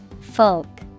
Folk